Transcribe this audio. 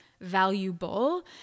valuable